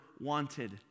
wanted